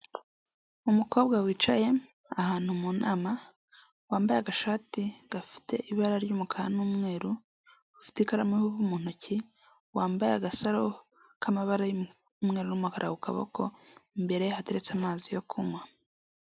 Umukobwa wicaye ahantu mu nama wambaye agashati gafite ibara ry'umukara n'umweru, ufite ikaramu mu ntoki wambaye agasaro k'amabara y'umweru n'umukara ku kaboko, imbere ye hateretse amazi yo kunywa.